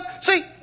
see